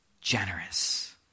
Generous